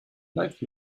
like